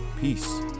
peace